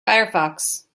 firefox